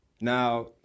Now